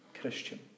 Christian